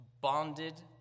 bonded